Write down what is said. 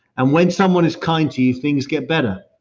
and when someone is kind to you, things get better,